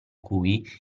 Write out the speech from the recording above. cui